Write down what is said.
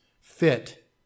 fit